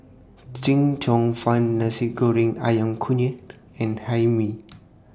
Chee Cheong Fun Nasi Goreng Ayam Kunyit and Hae Mee